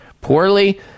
Poorly